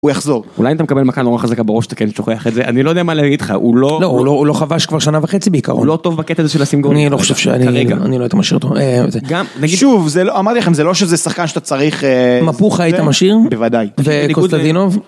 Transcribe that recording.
הוא יחזור. אולי אם אתה מקבל מכה נורא חזקה בראש, אתה כן שוכח את זה, אני לא יודע מה להגיד לך, הוא לא כבש כבר שנה וחצי בעיקרון. לא טוב בקטע הזה של לשים גול. אני לא חושב שאני לא הייתי משאיר אותו. גם, נגיד, שוב, אמרתי לכם, זה לא שזה שחקן שאתה צריך... מפוכה היית משאיר? בוודאי. וקונסטנטינוב?